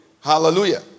Hallelujah